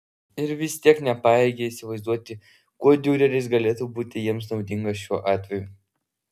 ir vis tiek nepajėgė įsivaizduoti kuo diureris galėtų būti jiems naudingas šiuo atveju